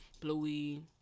bluey